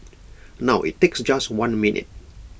now IT takes just one minute